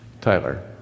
Tyler